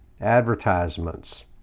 advertisements